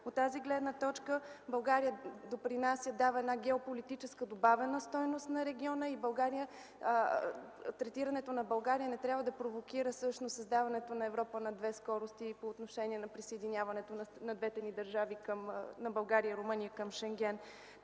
От тази гледна точка България допринася и дава геополитическа добавена стойност на региона. Третирането на България не трябва да провокира всъщност създаването на Европа на две скорости и по отношение на присъединяването на двете държави – България и Румъния, към Шенген.